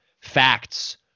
facts